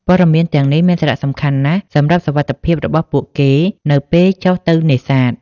ព័ត៌មានទាំងនេះមានសារៈសំខាន់ណាស់សម្រាប់សុវត្ថិភាពរបស់ពួកគេនៅពេលចុះទៅនេសាទ។